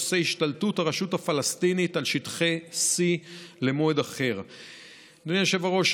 בנושא השתלטות הרשות הפלסטינית על שטחי C. אדוני היושב-ראש,